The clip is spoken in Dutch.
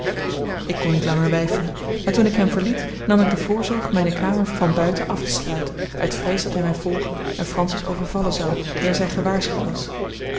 ik kon niet langer weifelen maar toen ik hem verliet nam ik de voorzorg mijne kamer van buiten af te sluiten uit vrees dat hij mij volgen en francis overvallen zou eer zij gewaarschuwd was